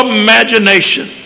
imagination